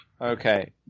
Okay